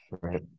Right